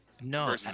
no